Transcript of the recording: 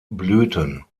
blüten